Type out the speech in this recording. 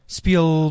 speel